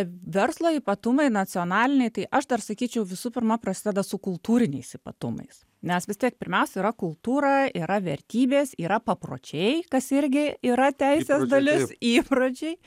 verslo ypatumai nacionaliniai tai aš dar sakyčiau visų pirma prasideda su kultūriniais ypatumais nes vis tiek pirmiausia yra kultūra yra vertybės yra papročiai kas irgi yra teisės dalis įpročiai